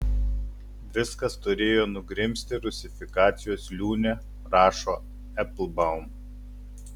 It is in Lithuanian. viskas turėjo nugrimzti rusifikacijos liūne rašo eplbaum